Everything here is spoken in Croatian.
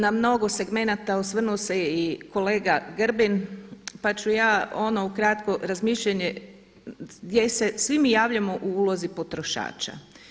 Na mnogo segmenata osvrnuo se je i kolega Grbin pa ću ja ono ukratko razmišljanje gdje se svi mi javljamo u ulozi potrošača.